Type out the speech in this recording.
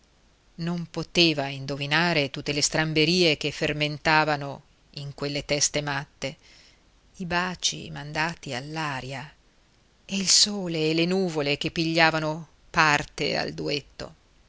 non poteva indovinare tutte le stramberie che fermentavano in quelle teste matte i baci mandati all'aria e il sole e le nuvole che pigliavano parte al duetto